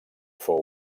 fou